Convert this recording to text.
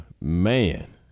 man